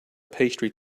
pastry